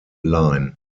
line